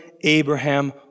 Abraham